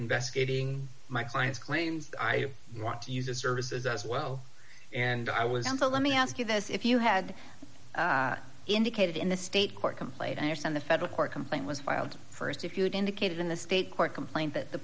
investigating my clients claims i want to use the services as well and i was on to let me ask you this if you had indicated in the state court complaint and the federal court complaint was filed st if you had indicated in the state court complaint that the